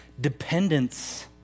Dependence